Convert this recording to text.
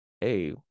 hey